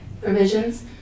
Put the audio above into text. provisions